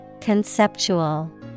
Conceptual